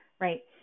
right